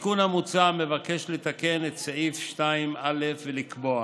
התיקון המוצע מבקש לתקן את סעיף 2(א), לקבוע